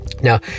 Now